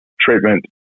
treatment